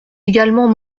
également